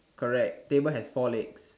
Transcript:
correct table has four legs